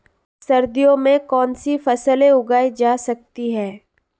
सर्दियों में कौनसी फसलें उगाई जा सकती हैं?